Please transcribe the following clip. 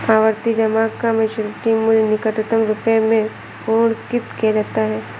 आवर्ती जमा का मैच्योरिटी मूल्य निकटतम रुपये में पूर्णांकित किया जाता है